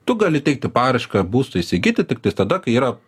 tu gali teikti paraišką būstui įsigyti tiktais tada kai yra